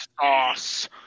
sauce